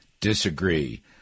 disagree